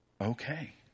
okay